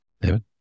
David